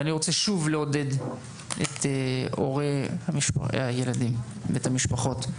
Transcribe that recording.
אני רוצה לעודד את הורי הילדים והמשפחות.